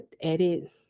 edit